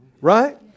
Right